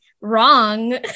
wrong